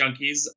junkies